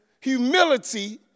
humility